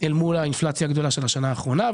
אל מול האינפלציה הגדולה של השנה האחרונה,